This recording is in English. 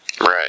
Right